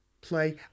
play